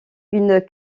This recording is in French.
une